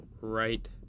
Right